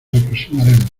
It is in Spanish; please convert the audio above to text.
aproximaremos